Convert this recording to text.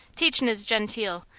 teachin' is genteel.